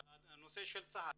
לעניין צה"ל,